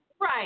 right